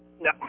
No